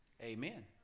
Amen